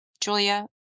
Julia